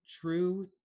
True